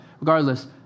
regardless